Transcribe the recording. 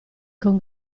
con